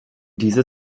diese